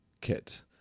Kit